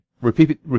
Repeat